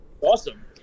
awesome